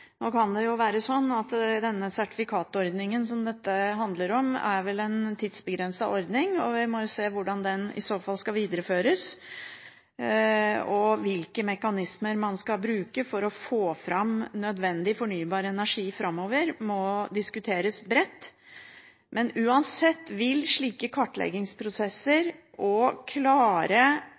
Nå kan sertifikatordningen som dette handler om, være en tidsbegrenset ordning, og vi må se på hvordan den eventuelt skal videreføres. Hvilke mekanismer man skal bruke for å få fram nødvendig fornybar energi framover, må diskuteres bredt. Uansett vil slike kartleggingsprosesser og klare